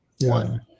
one